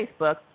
Facebook